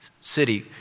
city